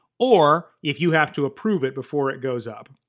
or if you have to approve it before it goes up.